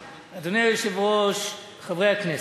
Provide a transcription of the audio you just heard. אדוני היושב-ראש, חברי חברי הכנסת,